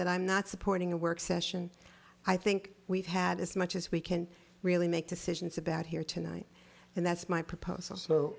that i'm not supporting a work session i think we've had as much as we can really make decisions about here tonight and that's my proposal so